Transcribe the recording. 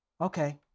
Okay